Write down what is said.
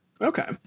okay